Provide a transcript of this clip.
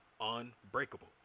unbreakable